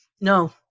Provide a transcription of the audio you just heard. No